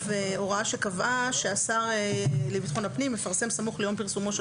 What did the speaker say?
הוראה שקבעה שהשר לביטחון הפנים יפרסם סמוך ליום פרסומו של